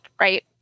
right